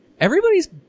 Everybody's